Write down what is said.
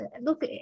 look